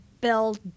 build